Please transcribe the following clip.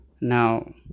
Now